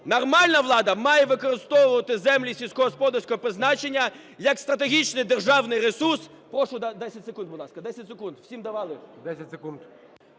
нормальна влада має використовувати землі сільськогосподарського призначення як стратегічний державний ресурс… Прошу 10 секунд. 10 секунд. Всім давали. ГОЛОВУЮЧИЙ.